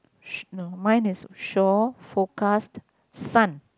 no mine is shore forecast sun